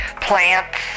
plants